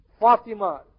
Fatima